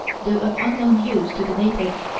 though of unknown use to the natives,